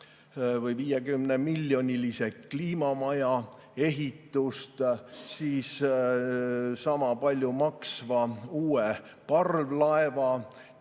või 50‑miljonilise kliimamaja ehitust või sama palju maksva uue parvlaeva